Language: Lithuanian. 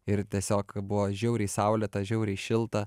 ir tiesiog buvo žiauriai saulėta žiauriai šilta